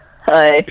hi